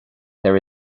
there